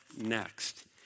next